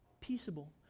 Peaceable